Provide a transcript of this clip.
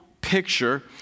picture